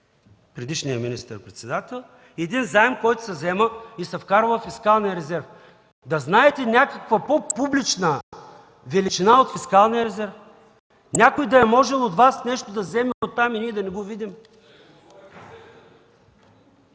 предишния министър-председател, заем, който се взема и се вкарва във фискалния резерв? Да знаете някаква по-публична величина от фискалния резерв? Някой от Вас да е можел нещо да вземе оттам и ние да не го видим?